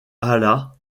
alla